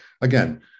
again